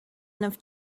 enough